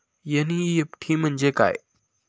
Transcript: NEFT म्हणजे काय?